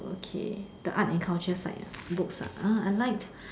okay the art and culture side uh books ah I like